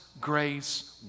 grace